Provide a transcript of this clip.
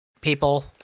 people